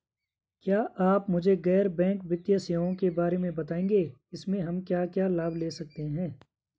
क्या आप मुझे गैर बैंक वित्तीय सेवाओं के बारे में बताएँगे इसमें हम क्या क्या लाभ ले सकते हैं?